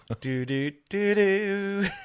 Do-do-do-do